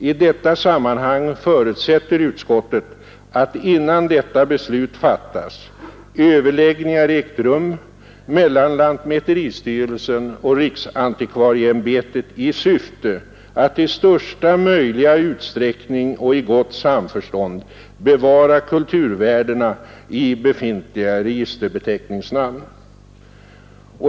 I detta sammanhang förutsätter utskottet att innan detta beslut fattas överläggningar ägt rum mellan lantmäteristyrelsen och riksantikvarieämbetet i syfte att i största möjliga utsträckning och i gott samförstånd bevara kulturvärdena i befintliga registerbeteckningsnamn.